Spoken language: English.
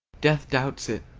death doubts it,